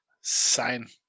sign-